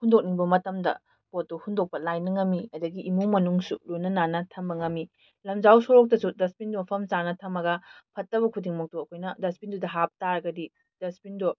ꯍꯨꯟꯗꯣꯛꯅꯤꯡꯕ ꯃꯇꯝꯗ ꯄꯣꯠꯇꯨ ꯍꯨꯟꯗꯣꯛꯄ ꯂꯥꯏꯅ ꯉꯝꯃꯤ ꯑꯗꯒꯤ ꯏꯃꯨꯡ ꯃꯅꯨꯡꯁꯨ ꯂꯨꯅ ꯅꯥꯟꯅ ꯊꯝꯕ ꯉꯝꯃꯤ ꯂꯝꯖꯥꯎ ꯁꯣꯔꯣꯛꯇꯁꯨ ꯗꯁꯕꯤꯟꯗꯣ ꯃꯐꯝ ꯆꯥꯅ ꯊꯝꯃꯒ ꯐꯠꯇꯕ ꯈꯨꯗꯤꯡꯃꯛꯇꯣ ꯑꯩꯈꯣꯏꯅ ꯗꯁꯕꯤꯟꯗꯨꯗ ꯍꯥꯞ ꯇꯥꯔꯒꯗꯤ ꯗꯁꯕꯤꯟꯗꯣ